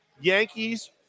Yankees